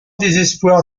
désespoir